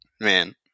man